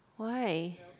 why